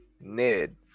Ned